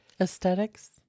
Aesthetics